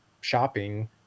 shopping